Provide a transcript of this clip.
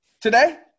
today